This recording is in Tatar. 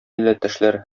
милләттәшләр